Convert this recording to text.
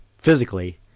Physically